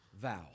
vow